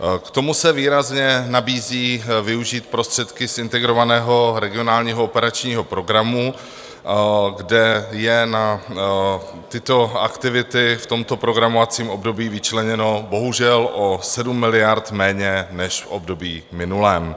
K tomu se výrazně nabízí využít prostředky z Integrovaného regionálního operačního programu, kde je na tyto aktivity v tomto programovacím období vyčleněno bohužel o 7 miliard méně než v období minulém.